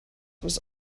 was